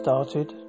Started